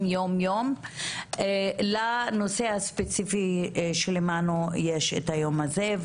יום יום לנושא הספציפי שלמענו יש את היום הזה,